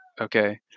Okay